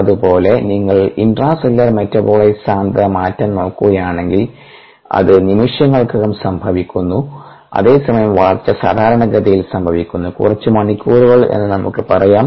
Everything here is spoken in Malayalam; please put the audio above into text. അതുപോലെ നിങ്ങൾ ഇൻട്രാസെല്ലുലാർ മെറ്റാബോലൈറ്റ് സാന്ദ്രത മാറ്റം നോക്കുകയാണെങ്കിൽ അത് നിമിഷങ്ങൾക്കകം സംഭവിക്കുന്നു അതേസമയം വളർച്ച സാധാരണഗതിയിൽ സംഭവിക്കുന്നു കുറച്ച് മണിക്കൂറുകൾ എന്ന് നമുക്ക് പറയാം